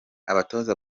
abatoza